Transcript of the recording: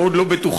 מאוד לא בטוחה,